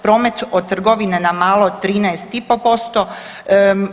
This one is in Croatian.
Promet od trgovine na malo 13,5%